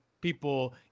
people